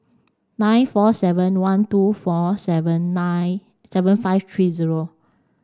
nine four seven one two four seven nine seven five three zero